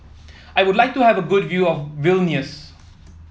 I would like to have a good view of Vilnius